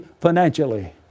financially